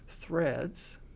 threads